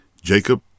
Jacob